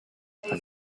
have